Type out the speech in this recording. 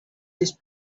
this